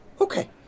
Okay